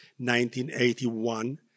1981